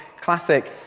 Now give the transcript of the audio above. classic